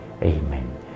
Amen